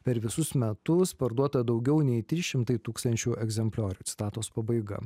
per visus metus parduota daugiau nei trys šimtai tūkstančių egzempliorių citatos pabaiga